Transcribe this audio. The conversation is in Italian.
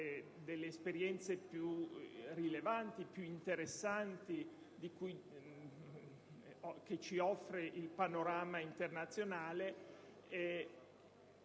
delle esperienze più rilevanti e interessanti che ci offre il panorama internazionale)